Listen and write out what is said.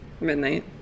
midnight